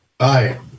Hi